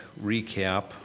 recap